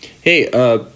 Hey